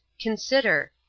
consider